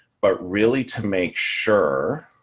but really, to make sure,